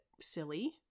silly